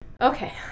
Okay